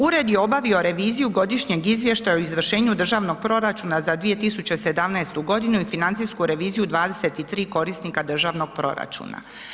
Ured je obavio reviziju godišnjeg izvještaja o izvršenju državnog proračuna za 2017.g. i financijsku reviziju 23 korisnika državnog proračuna.